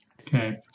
Okay